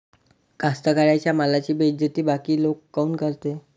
कास्तकाराइच्या मालाची बेइज्जती बाकी लोक काऊन करते?